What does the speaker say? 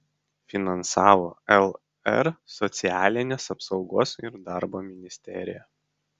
finansavo lr socialinės apsaugos ir darbo ministerija